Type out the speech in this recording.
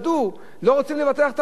לא רוצות לבטח את הרכב הזה.